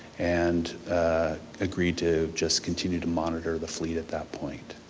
and agreed to just continue to monitor the fleet at that point.